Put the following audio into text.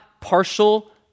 partial